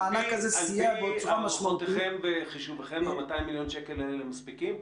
מישהו צריך לעשות סדר בשתי הרשויות האלה.